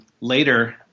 later